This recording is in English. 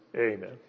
Amen